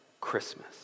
Christmas